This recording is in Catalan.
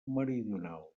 meridional